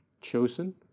chosen